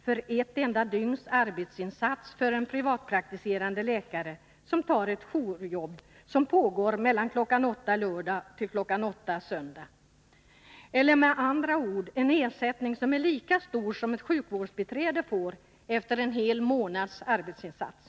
för ett enda dygns arbetsinsats av en privatpraktiserande läkare, som tar ett jourdygn med tjänst från kl. 8.00 lördag till kl. 8.00 söndag — med andra ord en ersättning som är lika stor som den ett sjukvårdsbiträde får efter en hel månads arbetsinsats.